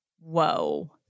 Whoa